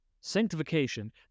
Sanctification